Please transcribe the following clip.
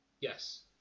Yes